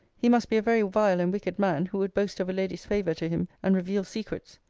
he must be a very vile and wicked man who would boast of a lady's favour to him, and reveal secrets.